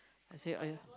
I say !aiya!